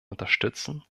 unterstützen